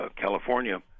California